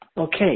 Okay